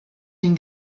dem